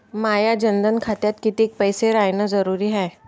माया जनधन खात्यात कितीक पैसे रायन जरुरी हाय?